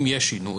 אם יש שינוי,